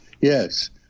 yes